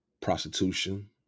prostitution